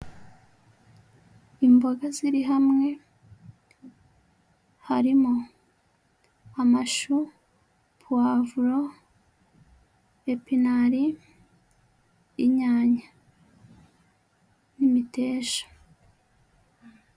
Imboga ziri hamwe, harimo amashu, puwavuro, epinari, inyanya n'imiteja.